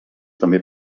també